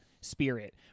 spirit